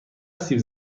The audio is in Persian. سیب